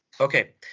Okay